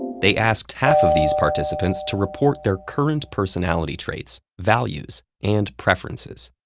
they asked half of these participants to report their current personality traits, values, and preferences,